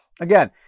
again